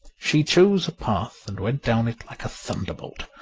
she chose a path and went down it like a thunderbolt.